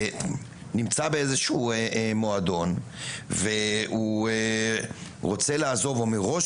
נמצא באיזה שהוא מועדון והוא רוצה לעזוב או מראש